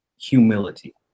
humility